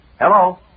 Hello